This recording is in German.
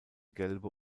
gelbe